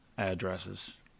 addresses